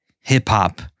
hip-hop